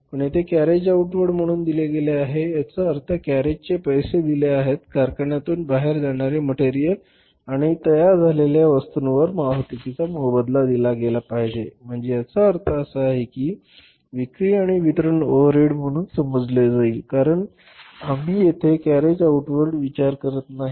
पण येथे carriage outward म्हणून दिले गेले आहे याचा अर्थ कॅरेजचे पैसे दिले आहेत कारखान्यातून बाहेर जाणारे मटेरियल आणि तयार झालेल्या वस्तूंवर वाहतुकीचा मोबदला दिला गेला आहे म्हणजे याचा अर्थ असा आहे की ही विक्री आणि वितरण ओव्हरहेड म्हणून समजली जाईल कारण आम्ही येथे कॅरेज आऊटवर्ड विचार करीत नाही आहोत